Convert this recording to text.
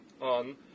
on